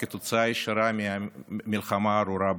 וכתוצאה ישירה מהמלחמה הארורה באוקראינה: